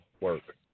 work